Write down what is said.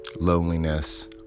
loneliness